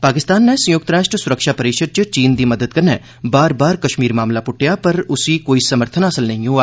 पाकिस्तान नै संयुक्त राश्ट्र सुरक्षा परिषद च चीन दी मदद कन्नै बार बार कश्मीर मामला पुट्टेआ पर उसी कोई समर्थन हासल नेईं होआ